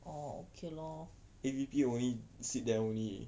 orh okay lor